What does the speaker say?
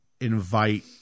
invite